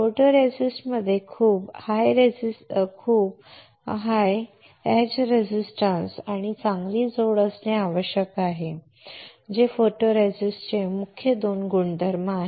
फोटोरेसिस्टमध्ये उच्च H resistance आणि चांगली जोड असणे आवश्यक आहे जे फोटोरेसिस्टचे मुख्य दोन गुणधर्म आहेत